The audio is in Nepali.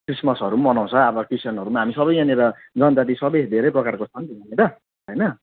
क्रिसमसहरू पनि मनाउँछ अब क्रिस्चियनहरू हामी सबै यहाँनिर जनता जति सबै धेरै प्रकारको छन् होइन त होइन